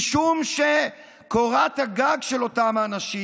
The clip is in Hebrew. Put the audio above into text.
משום שקורת הגג של אותם האנשים